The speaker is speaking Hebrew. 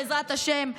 בעזרת השם,